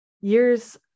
years